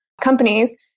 companies